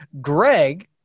Greg